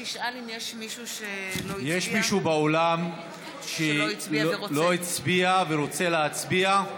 יש מישהו באולם שלא הצביע ורוצה להצביע?